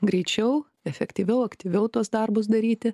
greičiau efektyviau aktyviau tuos darbus daryti